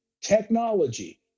technology